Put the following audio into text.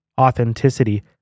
authenticity